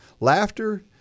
Laughter